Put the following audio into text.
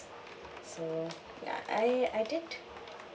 so ya I I did